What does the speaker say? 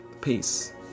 Peace